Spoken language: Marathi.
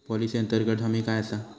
पॉलिसी अंतर्गत हमी काय आसा?